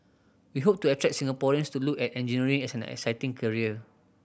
we hope to attract Singaporeans to look at engineering as an exciting career